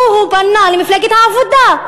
או למפלגת העבודה,